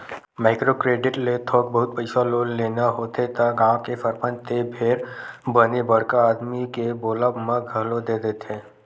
micro credit ले थोक बहुत पइसा लोन लेना होथे त गाँव के सरपंच ते फेर बने बड़का आदमी के बोलब म घलो दे देथे